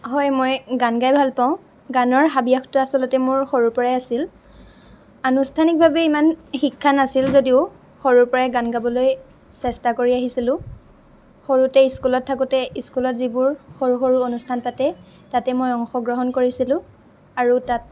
হয় মই গান গাই ভাল পাওঁ গানৰ হাবিয়াসটো আচলতে মোৰ সৰুৰ পৰাই আছিল আনুষ্ঠানিকভাৱে ইমান শিক্ষা নাছিল যদিও সৰুৰ পৰাই গান গাবলৈ চেষ্টা কৰি আহিছিলোঁ সৰুতে স্কুলত থাকোঁতে স্কুলত যিবোৰ সৰু সৰু অনুষ্ঠান পাতে তাতে মই অংশগ্ৰহণ কৰিছিলোঁ আৰু তাত